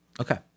Okay